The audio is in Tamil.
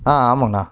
ஆ ஆமாங்கண்ணா